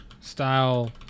style